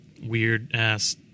weird-ass